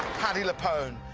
patti lupone,